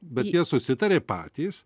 bet jie susitarė patys